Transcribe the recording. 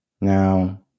Now